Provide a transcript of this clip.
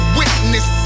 witness